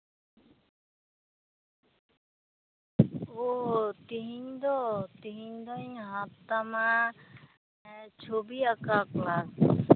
ᱳ ᱛᱤᱦᱤᱧ ᱫᱚ ᱛᱤᱦᱤᱧ ᱫᱩᱧ ᱦᱟᱛᱟᱣ ᱛᱟᱢᱟ ᱪᱷᱚᱵᱤ ᱟᱸᱠᱟᱣ ᱠᱞᱟᱥ